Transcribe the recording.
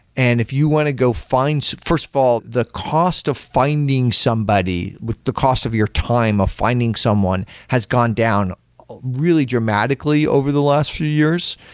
and if you want to go find first of all, the cost of finding somebody, the cost of your time of finding someone has gone down really dramatically over the last few years.